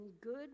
good